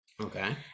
Okay